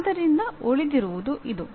ಆದ್ದರಿಂದ ಉಳಿದಿರುವುದು ಇದು